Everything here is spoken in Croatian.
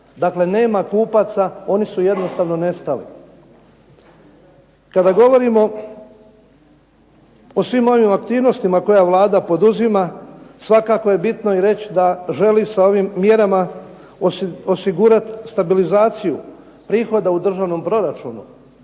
Dakle nema kupaca, oni su jednostavno nestali. Kada govorimo o svim ovim aktivnostima koje Vlada poduzima, svakako je bitno reći da želi sa ovim mjerama osigurati stabilizaciju prihoda u državnom proračuna.